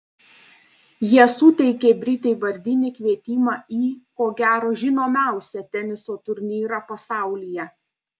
jie suteikė britei vardinį kvietimą į ko gero žinomiausią teniso turnyrą pasaulyje